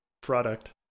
product